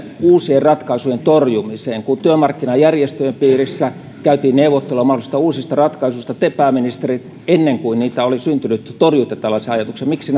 uusien ratkaisujen torjumiseen kun työmarkkinajärjestöjen piirissä käytiin neuvotteluja mahdollisista uusista ratkaisuista te pääministeri ennen kuin niitä oli syntynyt torjuitte tällaisen ajatuksen miksi